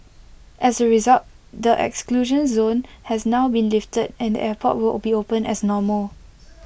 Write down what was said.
as A result the exclusion zone has now been lifted and the airport will be open as normal